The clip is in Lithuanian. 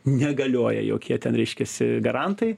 negalioja jokie ten reiškiasi garantai